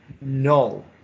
no